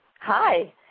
Hi